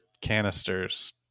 canisters